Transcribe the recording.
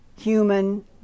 human